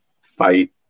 fight